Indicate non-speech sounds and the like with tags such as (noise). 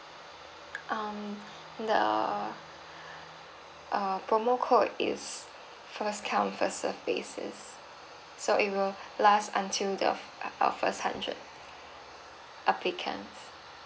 um the uh promo code is first come first served basis so it will last until the (noise) uh uh first hundred applicants